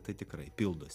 tai tikrai pildosi